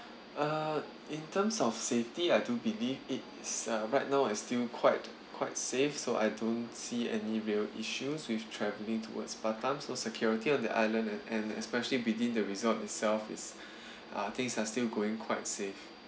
uh in terms of safety I do believe it's uh right now it's still quite quite safe so I don't see any real issues with travelling towards batam so security on the island and and especially within the resort itself is uh things are still going quite safe